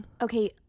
okay